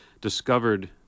discovered